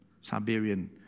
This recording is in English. Siberian